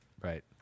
Right